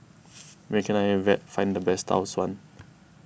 where can I find the best Tau Suan